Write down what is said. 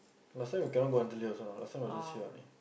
last time you cannot go until late also last time we just hear only